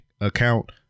account